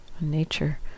nature